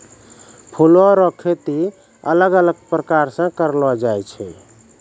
फूलो रो खेती अलग अलग प्रकार से करलो जाय छै